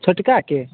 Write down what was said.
छोटकाके